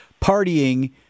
partying